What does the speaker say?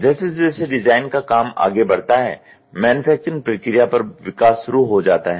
जैसे जैसे डिजाइन का काम आगे बढ़ता है मैन्युफैक्चरिंग प्रक्रिया पर विकास शुरू हो जाता है